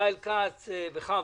ישראל כץ, בכבוד.